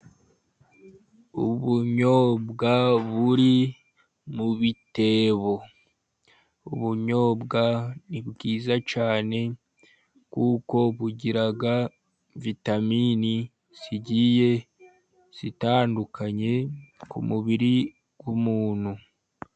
Ubunyobwa buri mu bitebo, ubunyobwa ni bwiza cyane, kuko bugira vitaminini zigiye zitandukanye, ku mubiri w'umuntu.